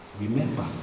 remember